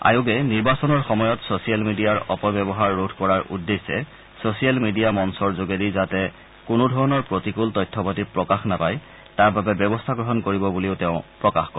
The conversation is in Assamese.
আয়োগে নিৰ্বাচনৰ সময়ত ছচিয়েল মিডিয়াৰ অপব্যৱহাৰ ৰোধ কৰাৰ উদ্দেশ্যে ছচিয়েল মিডিয়া মঞ্চৰ যোগেদি যাতে কোনোধৰণৰ প্ৰতিকূল তথ্যপাতি প্ৰকাশ নাপায় তাৰ বাবে ব্যৱস্থা গ্ৰহণ কৰিব বুলিও তেওঁ প্ৰকাশ কৰে